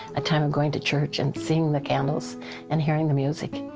a time of going to church and seeing the candles and hearing the music.